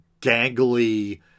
gangly